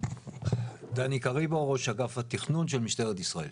אני ראש אגף התכנון של משטרת ישראל.